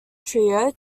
trio